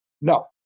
No